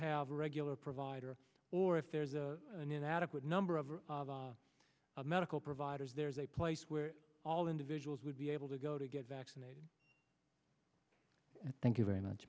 have a regular provider or if there's an inadequate number of medical providers there's a place where all individuals would be able to go to get vaccinated thank you very much